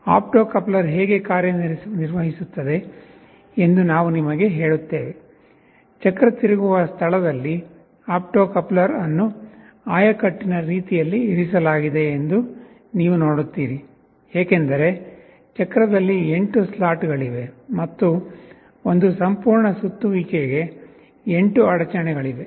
opto coupler ಹೇಗೆ ಕಾರ್ಯನಿರ್ವಹಿಸುತ್ತದೆ ಎಂದು ನಾವು ನಿಮಗೆ ಹೇಳುತ್ತೇವೆ ಚಕ್ರ ತಿರುಗುವ ಸ್ಥಳದಲ್ಲಿ ಆಪ್ಟೋ ಕಪ್ಲರ್ ಅನ್ನು ಆಯಕಟ್ಟಿನ ರೀತಿಯಲ್ಲಿ ಇರಿಸಲಾಗಿದೆ ಎಂದು ನೀವು ನೋಡುತ್ತೀರಿ ಏಕೆಂದರೆ ಚಕ್ರದಲ್ಲಿ 8 ಸ್ಲಾಟ್ ಗಳಿವೆ ಮತ್ತು ಒಂದು ಸಂಪೂರ್ಣ ಸುತ್ತುವಿಕೆ ಗೆ 8 ಅಡಚಣೆಗಳಿವೆ